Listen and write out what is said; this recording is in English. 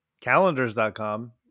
calendars.com